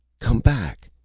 come back!